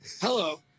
Hello